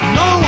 no